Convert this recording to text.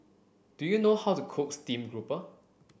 do you know how to cook steamed grouper